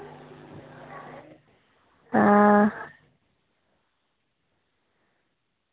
आं